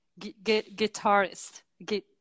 guitarist